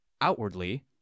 Outwardly